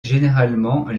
généralement